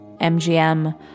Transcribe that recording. MGM